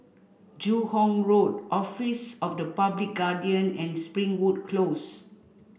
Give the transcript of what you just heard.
Joo Hong Road Office of the Public Guardian and Springwood Close